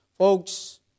Folks